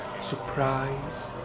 Surprise